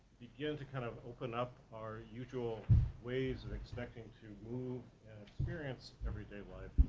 begin to kind of open up our usual ways of expecting to move and experience everyday life,